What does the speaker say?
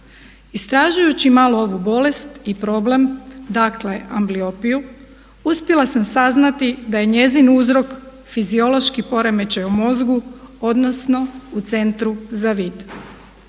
Istražujući malo ovu bolest i problem, dakle ambliopiju uspjela sam saznati da je njezin uzrok fiziološki poremećaj u mozgu odnosno u centru za vid.